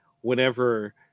whenever